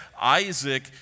Isaac